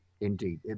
indeed